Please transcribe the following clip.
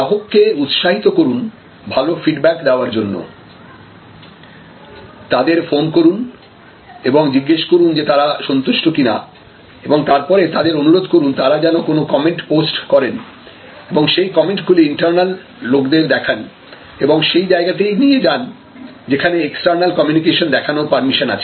গ্রাহককে উৎসাহিত করুন ভালো ফিডব্যাক দেওয়ার জন্য তাদের ফোন করুন এবং জিজ্ঞেস করুন যে তারা সন্তুষ্ট কিনা এবং তারপরে তাদের অনুরোধ করুন তারা যেন কোন কমেন্ট পোস্ট করেন এবং সেই কমেন্টগুলি ইন্টার্নাল লোকদের দেখান এবং সেই জায়গাতেই নিয়ে যান যেখানে এক্সটার্নাল কমিউনিকেশন দেখানোর পারমিশন আছে